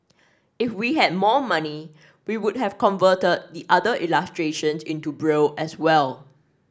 if we had more money we would have converted the other illustrations into Braille as well